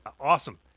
Awesome